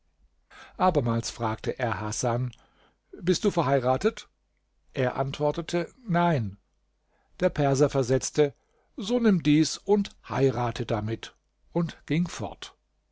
abermals fragte er hasan bist du verheiratet er antwortete nein der perser versetzte so nimm dies und heirate damit und ging fort